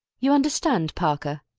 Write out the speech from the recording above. you understand, parker?